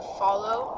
follow